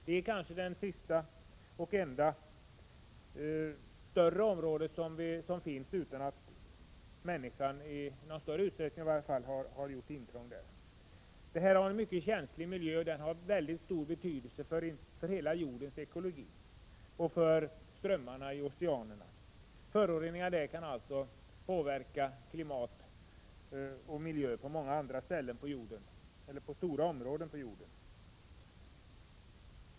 Det är kanske det sista större område som finns där inte människan —i varje fall inte i större utsträckning — har gjort intrång. Antarktis har en mycket känslig miljö och har mycket stor betydelse för hela jordens ekologi och för strömmarna i oceanerna. Föroreningar där kan alltså påverka klimat och miljö i stora områden på jorden.